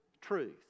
truth